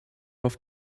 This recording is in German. auf